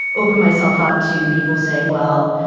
open myself up to people saying, well,